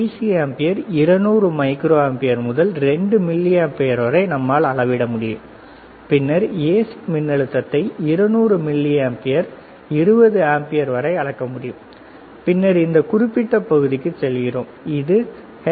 C ampere 200 microampere முதல் 2 milliampere வரை நம்மால் அளக்க முடியும் பின்னர் ஏசி மின்னழுத்தத்தை 200 மில்லி ஆம்பியர் 20 ஆம்பியர் வரை அளக்க முடியும் பின்னர் இந்த குறிப்பிட்ட பகுதிக்கு செல்கிறோம் இது எச்